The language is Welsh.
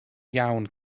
iawn